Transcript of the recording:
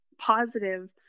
positive